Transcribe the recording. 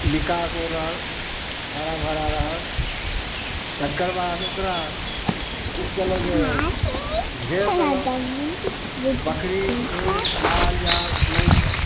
विकास भऽ रहल हरा भरा रहल तकर बाद ओकरा की कयलहुँ जे घेर देलहुँ जे बकरी छेर मालजाल नहि खाइ